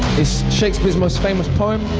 it's shakespeare's most famous poem,